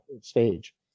stage